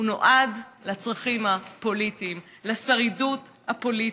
הוא נועד לצרכים הפוליטיים, לשרידות הפוליטית,